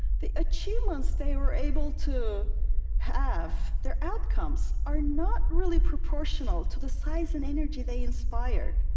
the achievements they were able to have, their outcomes, are not really proportional to the size and energy they inspired.